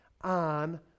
on